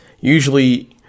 Usually